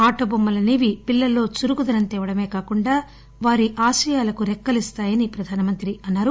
ఆటబొమ్మలనేవి పిల్లల్లో చురుకుదనం తేవడమే కాకుండా వారి ఆశయాలకు రెక్కలిస్తాయని ప్రధానమంత్రి అన్నారు